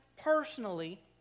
personally